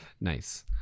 Nice